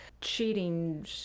cheating